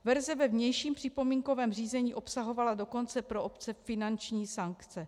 Verze ve vnějším připomínkovém řízení obsahovala dokonce pro obce finanční sankce.